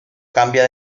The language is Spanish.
cambia